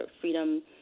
freedom